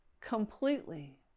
completely